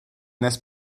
nes